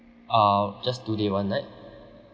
uh just two day one night